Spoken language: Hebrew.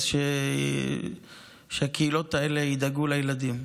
אז שהקהילות האלה ידאגו לילדים.